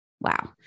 Wow